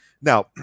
Now